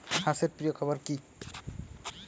হাঁস এর প্রিয় খাবার কি?